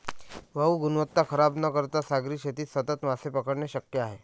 भाऊ, गुणवत्ता खराब न करता सागरी शेतीत सतत मासे पकडणे शक्य आहे